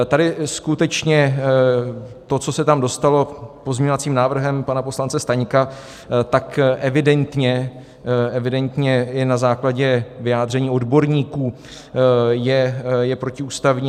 Tady skutečně to, co se tam dostalo pozměňovacím návrhem pana poslance Staňka, tak evidentně i na základě vyjádření odborníků je protiústavní.